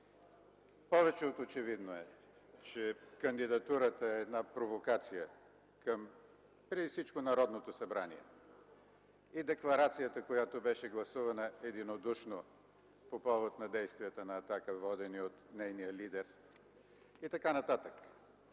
Повече от очевидно е, че кандидатурата е една провокация преди всичко към Народното събрание. И декларацията, която беше гласувана единодушно по повод на действията на „Атака”, водени от нейния лидер, и така нататък.